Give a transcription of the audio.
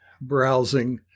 browsing